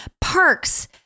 parks